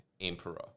emperor